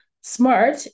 SMART